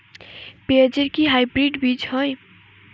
পেঁয়াজ এর কি হাইব্রিড বীজ হয়?